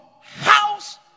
house